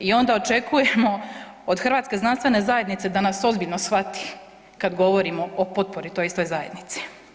I onda očekujemo od Hrvatske znanstvene zajednice da nas ozbiljno shvati kad govorimo o potpori toj istoj zajednici.